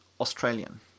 Australian